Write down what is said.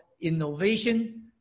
innovation